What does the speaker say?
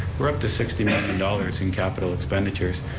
we're up to sixty million dollars in capital expenditures.